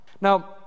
Now